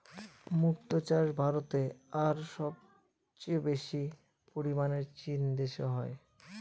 মক্তো চাষ ভারতে আর সবচেয়ে বেশি পরিমানে চীন দেশে হয়